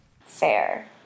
fair